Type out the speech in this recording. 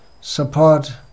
support